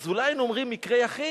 אז אולי היינו אומרים מקרה יחיד.